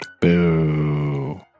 Boo